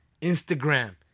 Instagram